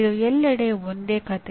ಇದು ಎಲ್ಲೆಡೆ ಒಂದೇ ಕಥೆ